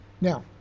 Now